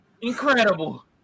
Incredible